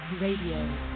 Radio